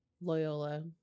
Loyola